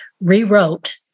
rewrote